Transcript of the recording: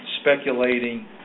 speculating